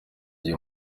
gihe